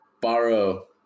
borrow